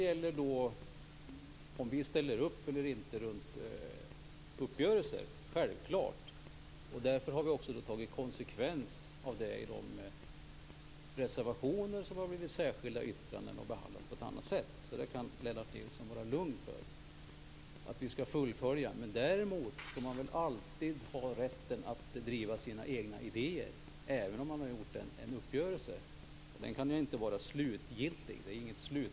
Självklart ställer vi upp på uppgörelser. Därför har vi tagit konsekvenserna av det och låtit reservationer i stället bli särskilda yttranden - som behandlas på ett annat sätt. Lennart Nilsson kan vara lugn för att vi skall fullfölja våra uppgörelser. Däremot skall man alltid ha rätten att driva sina egna idéer, även vid en uppgörelse. Den kan inte vara slutgiltig.